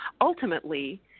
ultimately